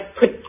put